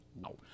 No